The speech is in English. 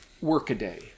workaday